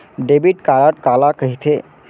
Debit card काला कहिथे?